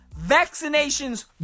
Vaccinations